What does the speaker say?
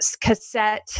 cassette